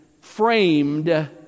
framed